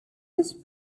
used